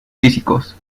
físicos